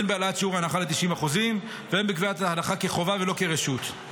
הן בהעלאת שיעור ההנחה ל-90% והן בקביעת ההנחה כחובה ולא כרשות.